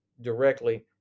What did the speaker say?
directly